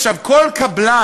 עכשיו, כל קבלן,